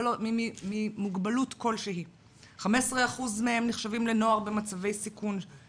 ממוגבלות כלשהי; 15% מהם נחשבים לנוער במצבי סיכון;